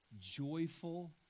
joyful